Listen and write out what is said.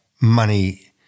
money